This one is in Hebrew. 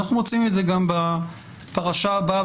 אנחנו מוצאים את זה גם בפרשה הבאה,